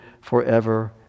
forever